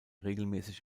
regelmäßig